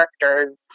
characters